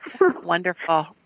Wonderful